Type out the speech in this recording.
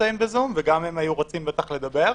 וגם הם היו רוצים לדבר.